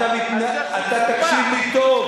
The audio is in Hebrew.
אתה תקשיב לי טוב.